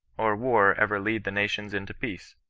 or war ever lead the nations into peace!